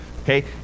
Okay